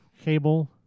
cable